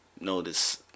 notice